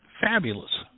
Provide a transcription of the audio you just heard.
Fabulous